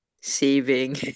saving